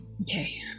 Okay